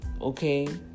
okay